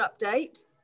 update